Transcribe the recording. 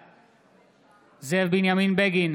בעד זאב בנימין בגין,